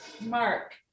Mark